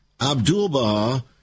Abdu'l-Baha